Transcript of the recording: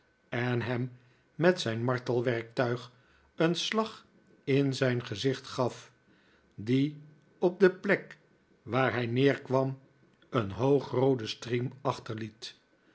en hem met zijn martelwerktuig een slag in zijn gezicht gaf die op de plek waar hij neerkwam een hoogrooden striem achterliet